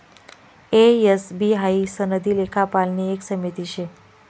ए, S, B हाई सनदी लेखापालनी एक समिती शे